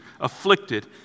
afflicted